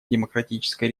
демократической